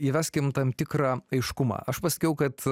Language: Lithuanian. įveskime tam tikra aiškumą aš pasakiau kad